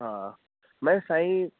हा मै साईं